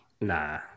Nah